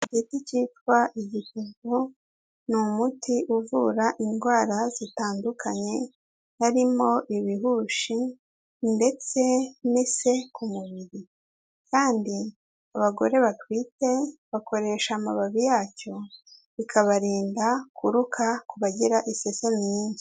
Igiti cyitwa igisuvu, ni umuti uvura indwara zitandukanye harimo: ibihushi, ndetse n'ise ku mubiri, kandi abagore batwite bakoresha amababi yacyo bikabarinda kuruka ku bagira isesemi nyinshi.